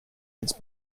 its